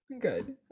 good